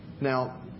Now